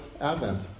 Advent